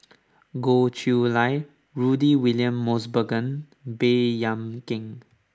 Goh Chiew Lye Rudy William Mosbergen Baey Yam Keng